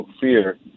fear